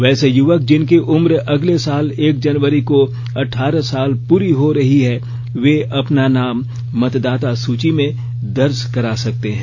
वैसे युवक जिनकी उम्र अगले साल एक जनवरी को अठारह साल पूरी हो रही है वे अपना नाम मतदाता सूची में दर्ज करा सकते हैं